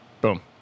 Boom